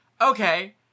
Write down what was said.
Okay